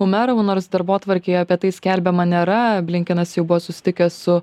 umerovu nors darbotvarkėje apie tai skelbiama nėra blinkenas jau buvo susitikęs su